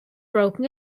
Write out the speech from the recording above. broken